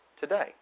today